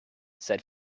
said